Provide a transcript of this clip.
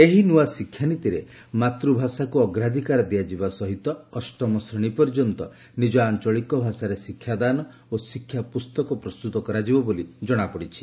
ଏହି ନୂଆ ଶିକ୍ଷାନୀତିରେ ମାତୃଭାଷାକୁ ଅଗ୍ରାଧିକାର ଦିଆଯିବା ସହିତ ଅଷ୍ଟମ ଶ୍ରେଣୀ ପର୍ଯ୍ୟନ୍ତ ନିଜ ଆଞ୍ଚଳିକ ଭାଷାରେ ଶିକ୍ଷାଦାନ ଓ ଶିକ୍ଷା ପୁସ୍ତକ ପ୍ରସ୍ତୁତ କରାଯିବ ବୋଲି କ୍ଷଣାପଡ଼ିଛି